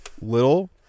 little